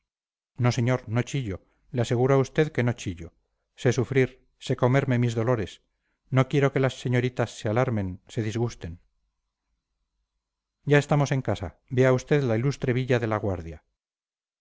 no señor no chillo le aseguro a usted que no chillo sé sufrir sé comerme mis dolores no quiero que las señoritas se alarmen se disgusten ya estamos en casa vea usted la ilustre villa de la guardia